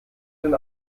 den